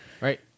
Right